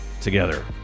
...together